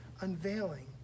unveiling